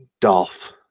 Dolph